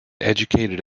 educated